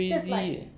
crazy eh